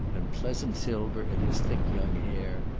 and pleasant silver in his thick young hair,